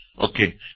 Okay